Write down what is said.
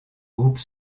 groupe